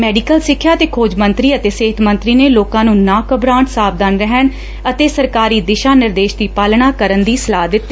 medical ਸਿੱਖਿਆ ਤੇ ਖੋਜ ਮੰਤਰੀ ਅਤੇ ਸਿੱਹਤ ਮੰਤਰੀ ਨੇ ਲੋਕਾਂ ਨੂੰ ਨਾ ਘਬਰਾਣ ਸਾਵਧਾਨ ਰਹਿਣ ਅਤੇ ਸਰਕਾਰੀ ਦਿਸ਼ਾ ਨਿਰੇਦਸ਼ ਦੀ ਪਾਲਣਾ ਕਰਨ ਦੀ ਸਲਾਹ ਦਿੱਡੀ